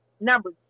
number